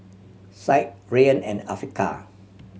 Syed Rayyan and Afiqah